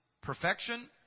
perfection